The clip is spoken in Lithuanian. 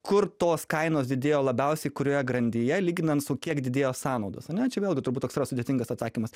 kur tos kainos didėjo labiausiai kurioje grandyje lyginant su kiek didėjo sąnaudos ane čia vėlgi turbūt toks yra sudėtingas atsakymas